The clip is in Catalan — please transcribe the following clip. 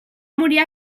morir